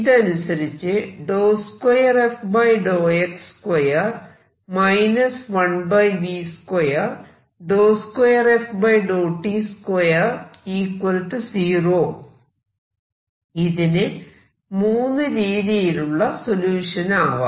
ഇതനുസരിച്ച് ഇതിനു 3 രീതിയിലുള്ള സൊല്യൂഷൻ ആവാം